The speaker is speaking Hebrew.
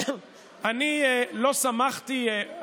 אני לא שמחתי,